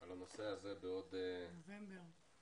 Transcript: על הנושא הזה בעוד חודשיים מהיום, לפני חגי תשרי.